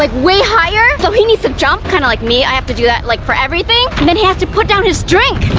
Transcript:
like way higher, so he needs to jump. kinda like me, i have to do that, like, for everything. but and and he has to put down his drink.